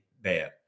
bad